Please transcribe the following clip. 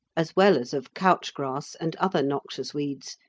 as well as of couch grass and other noxious weeds,